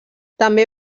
també